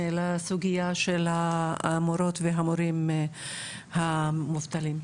לסוגייה של המורות והמורים המובטלים,